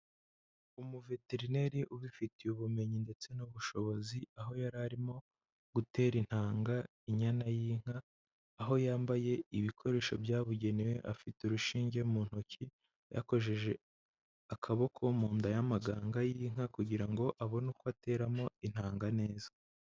Umuveterineri ubifitiye ubumenyi ndetse n'ubushobozi, aho yari arimo, gutera intanga inyana y'inka. Aho yambaye ibikoresho byabugenewe afite urushinge mu ntoki, yakojeje akaboko mu nda y'amaganga y'inka, kugira ngo abone uko ateramo intanga neza.